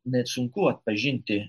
net sunku atpažinti